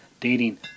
dating